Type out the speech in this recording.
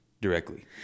Directly